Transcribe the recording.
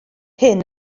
hyn